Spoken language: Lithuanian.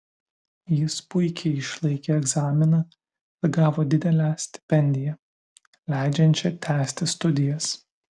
jis puikiai išlaikė egzaminą ir gavo didelę stipendiją leidžiančią tęsti studijas